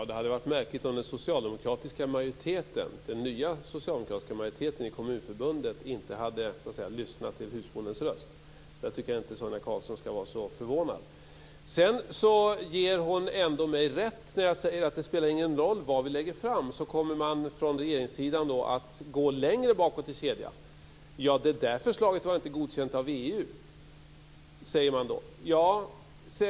Fru talman! Det hade varit märkligt om den nya socialdemokratiska majoriteten i Kommunförbundet inte hade lyssnat till husbondens röst. Där tycker jag inte att Sonia Karlsson skall vara så förvånad. Hon ger mig ändå rätt när jag säger att det inte spelar någon roll vilka förslag vi lägger fram. Man kommer från regeringssidan att gå längre bakåt i kedjan. Förslaget var inte godkänt av EU, säger man då.